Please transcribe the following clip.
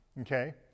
Okay